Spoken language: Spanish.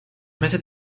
meses